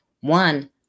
one